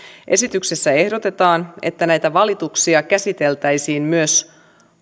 esityksessä ehdotetaan että näitä valituksia käsiteltäisiin myös